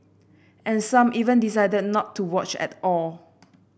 and some even decided not to watch at all